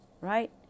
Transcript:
right